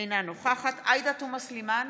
אינה נוכחת עאידה תומא סלימאן,